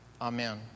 Amen